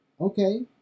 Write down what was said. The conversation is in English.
Okay